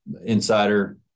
insider